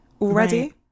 already